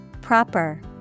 Proper